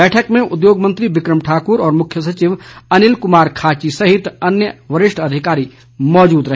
बैठक में उद्योग मंत्री बिक्रम ठाकर और मुख्य सचिव अनिल कुमार खाची सहित अन्य वरिष्ठ अधिकारी भी मौजूद रहे